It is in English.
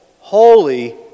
holy